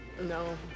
No